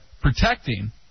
protecting